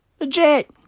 Legit